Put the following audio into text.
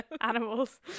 animals